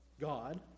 God